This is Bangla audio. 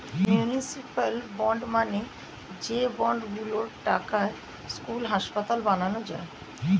মিউনিসিপ্যাল বন্ড মানে যে বন্ড গুলোর টাকায় স্কুল, হাসপাতাল বানানো যায়